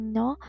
no